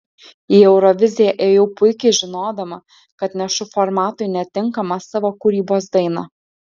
į euroviziją ėjau puikiai žinodama kad nešu formatui netinkamą savo kūrybos dainą